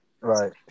Right